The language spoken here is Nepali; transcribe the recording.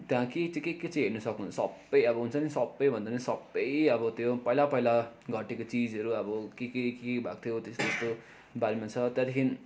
त्यहाँ के चाहिँ के के चाहिँ हेर्नु सक्नुहुन्छ सबै अब हुन्छ नि अब सबै भन्दा नि सबै अब त्यो पहिला पहिला घटेको चिजहरू अब के के के भएको थियो त्यस्तोबारेमा छ त्यहाँदेखि